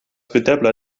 videbla